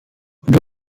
und